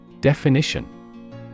Definition